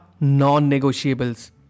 non-negotiables